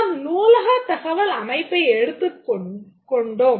நாம் நூலகத் தகவல் அமைப்பை எடுத்துக்காட்டாகக் கொண்டோம்